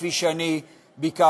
כפי שאני ביקשתי,